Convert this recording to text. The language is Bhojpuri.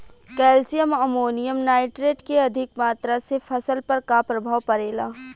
कैल्शियम अमोनियम नाइट्रेट के अधिक मात्रा से फसल पर का प्रभाव परेला?